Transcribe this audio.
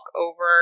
over